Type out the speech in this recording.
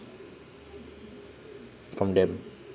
from them